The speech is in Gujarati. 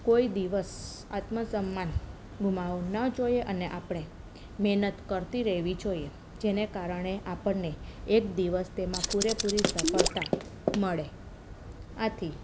કોઈ દિવસ આત્મસમ્માન ગુમાવવું ન જોઈએ અને આપણે મહેનત કરતી રહેવી જોઈએ જેને કારણે આપણને એક દિવસ તેમાં પૂરેપૂરી સફળતા મળે આથી